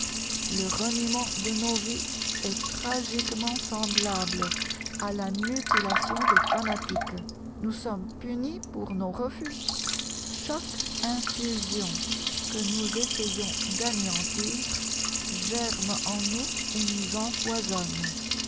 le reniement de nos vies est tragiquement semblable à la mutilation des fanatiques nous sommes punis pour nos refus chaque impulsion que nous essayons d'anéantir germe en nous et nous empoisonne